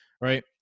right